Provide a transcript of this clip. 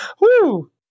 Woo